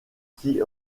qui